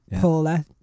Paula